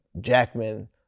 Jackman